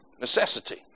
necessity